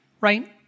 right